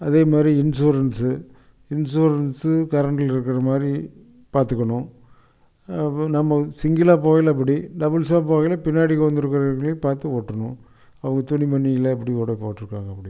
அதேமாரி insurance insurance கரன்ட்டில் இருக்கிற மாதிரி பார்த்துக்கணும் அப்போ நம்ம சிங்கிளாக போகையில் அப்படி டபுள்ஸாக போகையில் பின்னாடி உக்காந்திருக்கவங்களையும் பார்த்து ஓட்டணும் அவங்க துணிமணியெல்லாம் எப்படி உடை போட்டிருக்காங்க அப்படின்னு